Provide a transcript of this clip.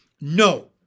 No